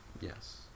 Yes